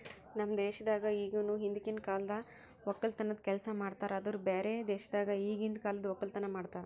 ನಮ್ ದೇಶದಾಗ್ ಇಗನು ಹಿಂದಕಿನ ಕಾಲದ್ ಒಕ್ಕಲತನದ್ ಕೆಲಸ ಮಾಡ್ತಾರ್ ಆದುರ್ ಬ್ಯಾರೆ ದೇಶದಾಗ್ ಈಗಿಂದ್ ಕಾಲದ್ ಒಕ್ಕಲತನ ಮಾಡ್ತಾರ್